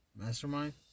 Mastermind